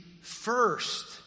first